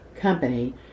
company